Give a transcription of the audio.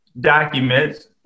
documents